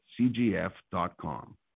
cgf.com